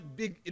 big